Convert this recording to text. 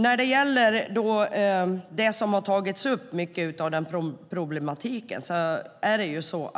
När det gäller mycket av den problematik som har tagits upp